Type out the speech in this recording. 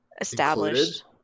established